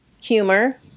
humor